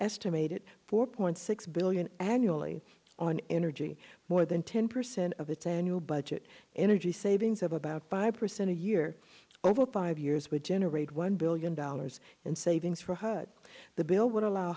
estimated four point six billion annually on energy more than ten percent of its annual budget energy savings of about five percent a year over five years would generate one billion dollars in savings for her the bill would allow